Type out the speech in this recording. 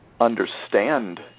understand